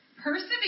Persevere